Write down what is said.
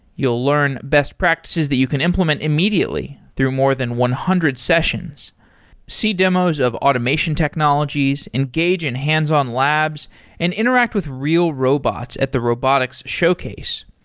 you'll learn best practices that you can implement immediately through more than one hundred sessions see demos of automation technologies, engage in hands-on labs and interact with real robots at the robotics showcase.